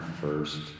first